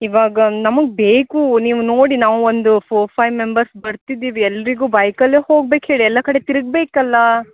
ಇವಾಗ ನಮಗೆ ಬೇಕು ನೀವು ನೋಡಿ ನಾವು ಒಂದು ಫೋರ್ ಫೈ ಮೆಂಬರ್ಸ್ ಬರ್ತಿದೀವಿ ಎಲ್ಲರಿಗೂ ಬೈಕಲ್ಲೆ ಹೋಗ್ಬೇಕು ಹೇಳಿ ಎಲ್ಲ ಕಡೆ ತಿರುಗ್ಬೇಕಲ್ಲಾ